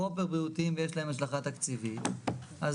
פרופר בריאותיים ויש להם השלכה תקציבית הם